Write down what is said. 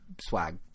swag